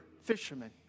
fishermen